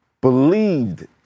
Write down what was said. believed